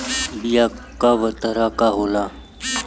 बीया कव तरह क होला?